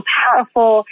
powerful